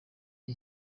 iyi